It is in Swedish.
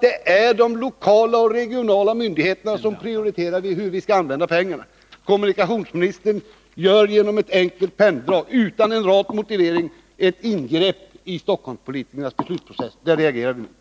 Det är de lokala och regionala myndigheterna som skall prioritera hur pengarna skall användas. Kommunikationsministern gör genom ett enkelt penndrag — utan en rak motivering — ett ingrepp i Stockholmspolitikernas beslutsprocess. Det reagerar vi mot.